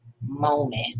moment